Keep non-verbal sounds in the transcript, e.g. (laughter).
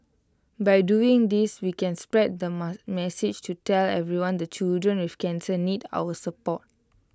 by doing this we can spread the (unintelligible) message to tell everyone that children with cancer need our support